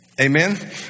Amen